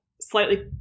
slightly